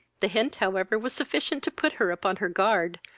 the hint however was sufficient to put her upon her guard,